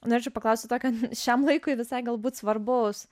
norėčiau paklausti tokio šiam laikui visai galbūt svarbaus